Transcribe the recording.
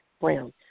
Brown